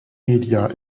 media